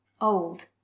Old